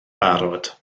barod